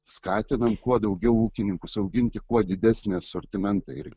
skatinam kuo daugiau ūkininkus auginti kuo didesnį asortimentą ir